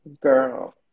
girl